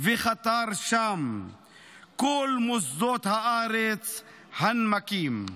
וחתר שם / כל-מוסדות הארץ הנמקים."